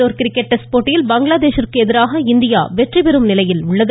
Indore cricket test போட்டியில் பங்களாதேஷ் ற்கு எதிராக இந்தியா வெற்றி பெறும் நிலையில் உள்ளது